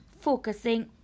focusing